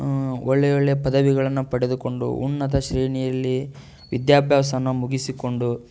ಒಳ್ಳೆ ಒಳ್ಳೆ ಪದವಿಗಳನ್ನು ಪಡೆದುಕೊಂಡು ಉನ್ನತ ಶ್ರೇಣಿಯಲ್ಲಿ ವಿದ್ಯಾಭ್ಯಾಸನ ಮುಗಿಸಿಕೊಂಡು